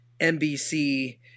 NBC